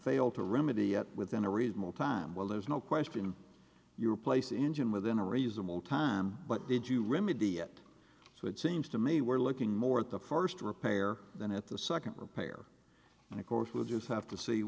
failed to remedy it within a reasonable time well there's no question in your place engine within a reasonable time but did you remedy it so it seems to me we're looking more at the first repair than at the second repair and of course we'll just have to see